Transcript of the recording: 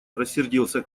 рассердился